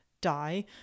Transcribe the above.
die